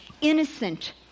innocent